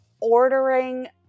ordering